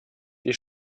die